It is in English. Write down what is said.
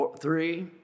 three